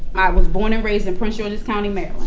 i was born and raised in prince george's county, md.